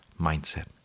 mindset